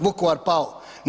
Vukovar pao.